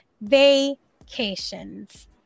vacations